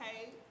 okay